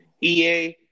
EA